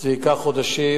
זה ייקח חודשים,